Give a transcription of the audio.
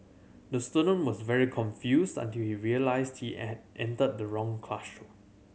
the student was very confused until he realised he entered the wrong classroom